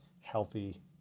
healthy